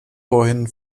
vorhin